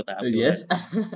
Yes